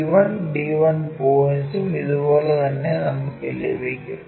c1 d1 പോയിന്റ്സും ഇതുപോലെ തന്നെ നമുക്ക് ലഭിക്കും